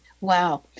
Wow